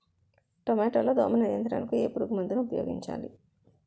టమాటా లో దోమ నియంత్రణకు ఏ పురుగుమందును ఉపయోగించాలి?